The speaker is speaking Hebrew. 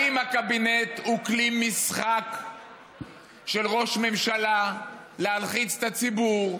האם הקבינט הוא כלי משחק של ראש ממשלה להלחיץ את הציבור,